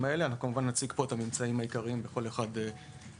האלה ונציג פה את הממצאים העיקריים של כל אחד מהנושאים.